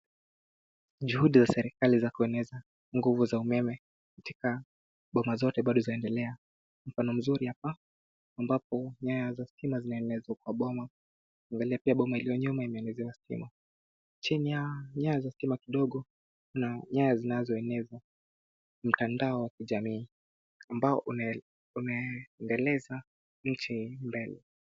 Juhudi za serikali za kueneza nguvu za umeme katika boma zote bado zinaendelea. Mfano mzuri hapa ambapo nyaya za stima zinaenezwa kwa boma. Angalia pia boma iliyo nyuma imeenezewa stima. Chini ya nyaya za stima kidogo kuna nyaya zinazoeneza mtandao wa kijamii ambao unaendeleza nchi mbele.